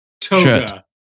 toga